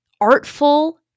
artful